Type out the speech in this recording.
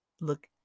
look